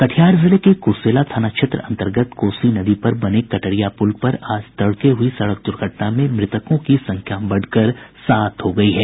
कटिहार जिले के क्रसेला थाना क्षेत्र अंतर्गत कोसी नदी पर बने कटरिया पूल पर आज तड़के हई सडक द्र्घटना में मृतकों की संख्या बढ़कर सात हो गयी है